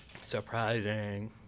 Surprising